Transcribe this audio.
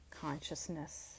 Consciousness